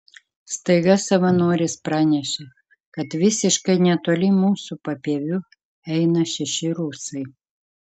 staiga savanoris pranešė kad visiškai netoli mūsų papieviu eina šeši rusai